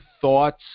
thoughts